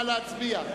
נא להצביע.